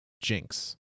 Jinx